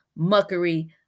muckery